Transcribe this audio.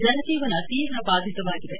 ಜನಜೀವನ ತೀವ್ರ ಬಾದಿತವಾಗಿದೆ